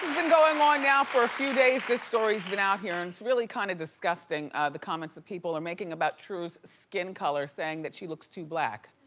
been going on now for a few days this story's been out here and it's really kind of disgusting the comments that people are making about true's skin color saying that she looks too black.